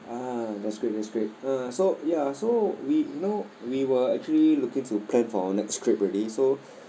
ah that's great that's great uh so ya so we know we were actually looking to plan for next trip already so